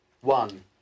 One